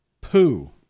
poo